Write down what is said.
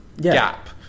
gap